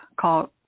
called